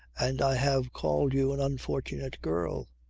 and i have called you an unfortunate girl.